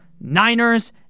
Niners